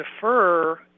defer